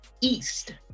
east